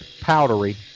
powdery